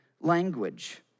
language